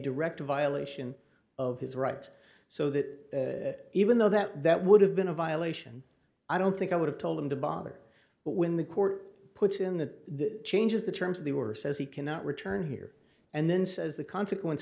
direct violation of his rights so that even though that that would have been a violation i don't think i would have told him to bother but when the court puts in the changes the terms of the or says he cannot return here and then says the consequence